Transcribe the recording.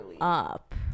up